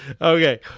okay